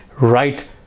right